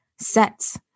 sets